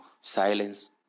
silence